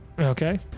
Okay